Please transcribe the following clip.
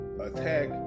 attack